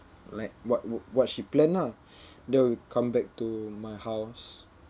like what wh~ what she plan ah then we come back to my house